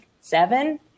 seven